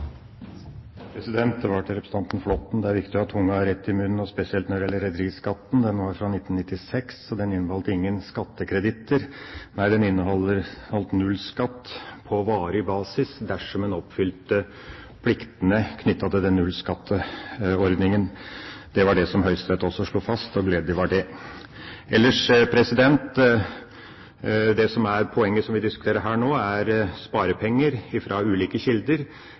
Til representanten Flåtten: Det er viktig å ha tunga rett i munnen, spesielt når det gjelder rederiskatten. Den var fra 1996, og den inneholdt ingen skattekreditter. Nei, den inneholdt nullskatt på varig basis dersom en oppfylte pliktene knyttet til den nullskatteordningen. Det var det Høyesterett også slo fast – og gledelig var det. Ellers: Poenget i det som vi diskuterer nå, er sparepenger fra ulike